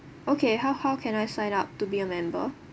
okay how how can I sign up to be a member